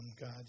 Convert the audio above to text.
God